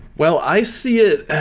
well, i see it